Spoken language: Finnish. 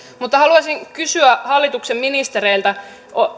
mutta haluaisin kysyä hallituksen ministereiltä